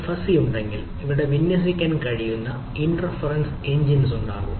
ഒരു ഫസ്സി ഉണ്ടെങ്കിൽ ഇവിടെ വിന്യസിക്കാൻ കഴിയുന്ന ഇൻഫെറെൻസ് എഞ്ചിൻ ഉണ്ടാകാം